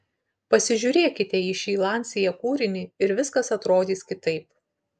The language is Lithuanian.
pasižiūrėkite į šį lancia kūrinį ir viskas atrodys kitaip